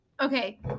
okay